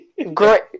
Great